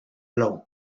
law